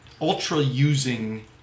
ultra-using